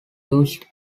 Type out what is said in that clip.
used